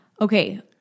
Okay